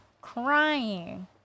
crying